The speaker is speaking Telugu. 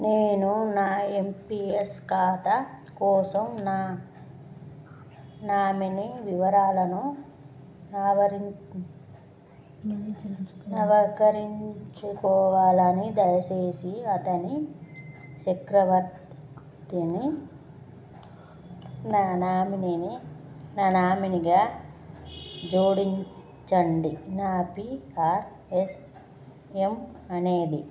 నేను నా ఎంపీఎస్ ఖాతా కోసం నా నామినీ వివరాలను నావరిం నవీకరించుకోవాలి దయచేసి అనితా చక్రవర్తిని నా నామినీని నా నామినిగా జోడించండి నా పీఆర్ఏఏమ్ అనేది